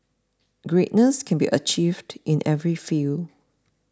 greatness can be achieved in every field